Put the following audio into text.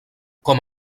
com